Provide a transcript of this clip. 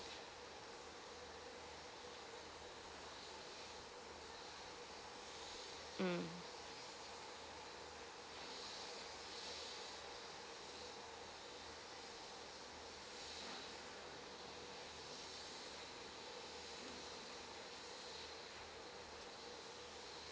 mm